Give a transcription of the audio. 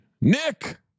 Nick